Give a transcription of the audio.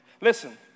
Listen